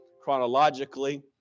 Chronologically